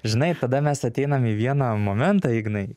žinai tada mes ateinam į vieną momentą ignai